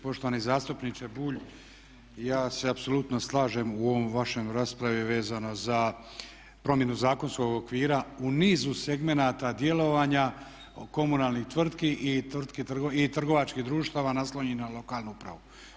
Poštovani zastupniče Bulj ja se apsolutno slažem u ovoj vašoj raspravi vezano za promjenu zakonskog okvira u nizu segmenata djelovanja komunalnih tvrtki i trgovačkih društava naslonjenih na lokalnu upravu.